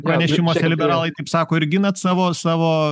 pranešimuose liberalai taip sako ir ginant savo savo